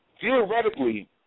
Theoretically